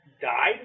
Died